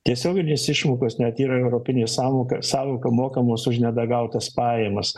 tiesioginės išmokos net yra europinė sąvoka sąvoka mokamos už nedagautas pajamas